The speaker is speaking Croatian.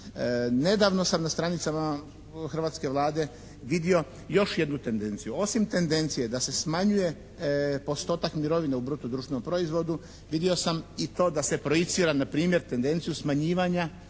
Nedavno sam na stranicama hrvatske Vlade vidio još jednu tendenciju. Osim tendencije da se smanjuje postotak mirovina u bruto društvenog proizvodu vidio sam i to da se projicira npr. tendenciju smanjivanja